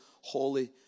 holy